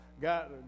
got